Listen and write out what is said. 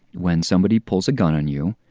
when somebody pulls a gun on you,